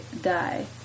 die